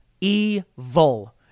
Evil